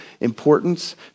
importance